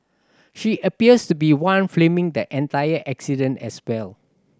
she appears to be one filming the entire incident as well